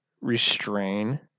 restrain